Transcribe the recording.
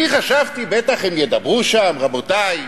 אני חשבתי, בטח הם ידברו שם, רבותי,